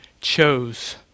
chose